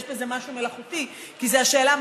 יש בזה משהו מלאכותי כי זו השאלה,